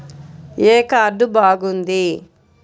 ఏ card బాగుంది?